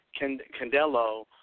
Candelo